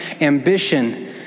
ambition